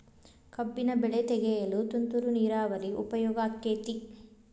ಕಬ್ಬಿನ ಬೆಳೆ ತೆಗೆಯಲು ತುಂತುರು ನೇರಾವರಿ ಉಪಯೋಗ ಆಕ್ಕೆತ್ತಿ?